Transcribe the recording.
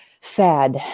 sad